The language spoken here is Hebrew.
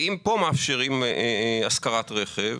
אם כאן מאפשרים השכרת רכב,